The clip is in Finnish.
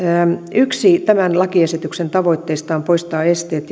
yksi tämän lakiesityksen tavoitteista on poistaa esteet